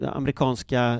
amerikanska